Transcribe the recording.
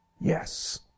Yes